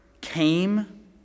came